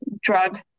drug